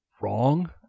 wrong